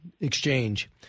exchange